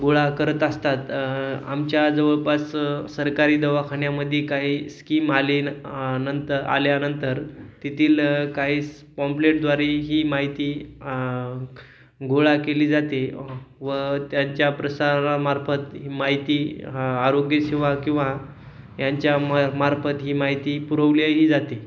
गोळा करत असतात आमच्या जवळपास सरकारी दवाखान्यामध्ये काही स्कीम आले न नंतर आल्यानंतर तेथील काही स् पॉम्प्लेटद्वारे ही माहिती गोळा केली जाते व त्यांच्या प्रसारामार्फत ही माहिती आरोग्यसेवा किंवा यांच्या म मार्फत ही माहिती पुरवलीही जाते